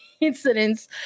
incidents